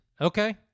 Okay